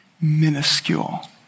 minuscule